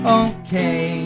okay